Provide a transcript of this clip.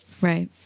Right